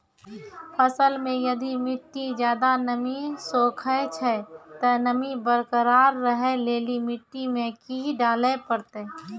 फसल मे यदि मिट्टी ज्यादा नमी सोखे छै ते नमी बरकरार रखे लेली मिट्टी मे की डाले परतै?